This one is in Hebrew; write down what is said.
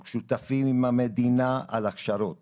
אנחנו שותפים עם המדינה להכשרות